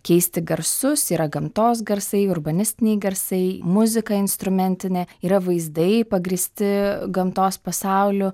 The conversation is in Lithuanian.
keisti garsus yra gamtos garsai urbanistiniai garsai muzika instrumentinė yra vaizdai pagrįsti gamtos pasauliu